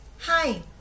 Hi